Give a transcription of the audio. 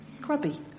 grubby